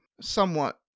Somewhat